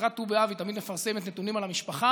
לקראת ט"ו באב היא תמיד מפרסמת נתונים על המשפחה: